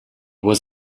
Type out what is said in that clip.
was